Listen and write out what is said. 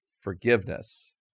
forgiveness